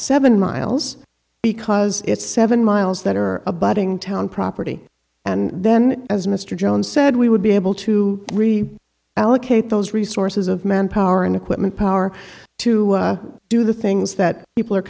seven miles because it's seven miles that are abutting town property and then as mr jones said we would be able to allocate those resources of manpower and equipment power to do the things that people are